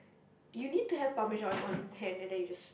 you need to have parmesan on hand and then you just